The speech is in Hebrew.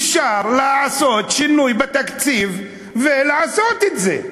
אפשר לעשות שינוי בתקציב ולעשות את זה,